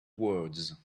words